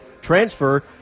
transfer